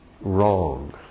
wrong